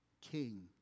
king